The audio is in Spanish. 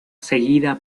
seguida